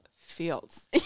Fields